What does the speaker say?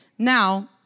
Now